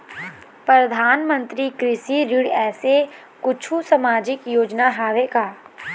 परधानमंतरी कृषि ऋण ऐसे कुछू सामाजिक योजना हावे का?